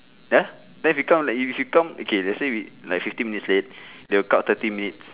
!huh! then become like if we come okay let's say we like fifteen minutes late they will cut thirty minutes